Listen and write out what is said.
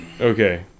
Okay